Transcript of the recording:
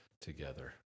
together